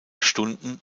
stunden